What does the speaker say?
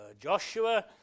Joshua